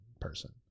person